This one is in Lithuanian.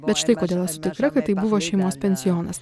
bet štai kodėl esu tikra kad tai buvo šeimos pensionas